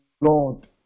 Lord